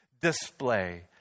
display